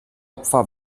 opfer